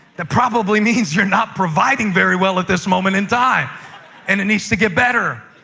that probably means you're not providing very well at this moment in time and it needs to get better.